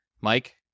Mike